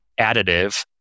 additive